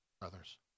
brothers